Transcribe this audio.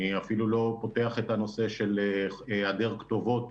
אני אפילו לא פותח את הנושא של היעדר כתובות